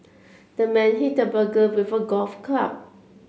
the man hit the burglar with a golf club